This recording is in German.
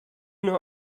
nur